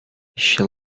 she